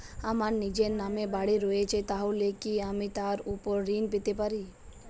আমার নিজের নামে বাড়ী রয়েছে তাহলে কি আমি তার ওপর ঋণ পেতে পারি?